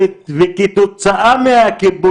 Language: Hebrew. אז תוסיף לי עוד שתי דקות.